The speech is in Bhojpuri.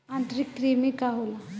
आंतरिक कृमि का होला?